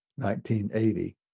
1980